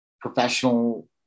professional